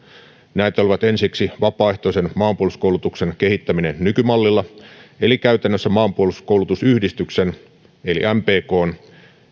näitä olivat ensiksi vapaaehtoisen maanpuolustuskoulutuksen kehittäminen nykymallilla eli käytännössä maanpuolustuskoulutusyhdistyksen eli mpkn